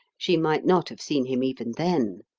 she might not have seen him even then.